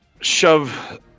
shove